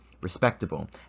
respectable